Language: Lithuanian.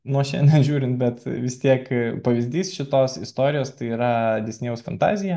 nuo šiandien žiūrint bet vis tiek pavyzdys šitos istorijos tai yra disnėjaus fantazija